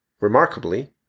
remarkably